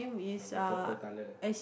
on the purple colour